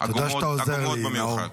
עגומות במיוחד.